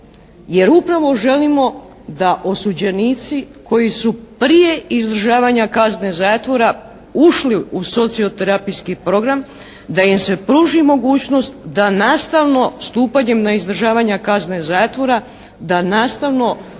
Jer upravo želimo da osuđenici koji su prije izdržavanja kazne zatvora ušli u socio-terapijski program, da im se pruži mogućnost da nastalno stupanjem na izdržavanjem kazne zatvora da nastalno